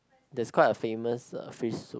there's quite a famous uh fish soup